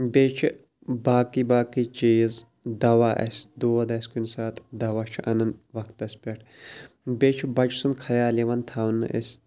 بیٚیہِ چھِ باقٕے باقٕے چیٖز دوا آسہِ دود آسہِ کُنہِ ساتہٕ دوا چھُ اَنَن وَقتَس پٮ۪ٹھ بیٚیہِ چھُ بَچہٕ سُنٛد خیال یِوان تھاونہٕ أسۍ